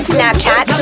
Snapchat